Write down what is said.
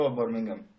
Birmingham